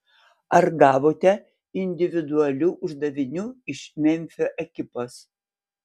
ar gavote individualių uždavinių iš memfio ekipos